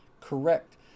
Correct